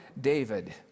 David